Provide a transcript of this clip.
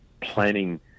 planning